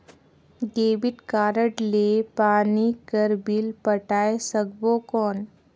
Debit card ले पानी कर बिल पटाय सकबो कौन?